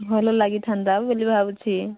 ଭଲ ଲାଗିଥାନ୍ତା ବୋଲି ଭାବୁଛି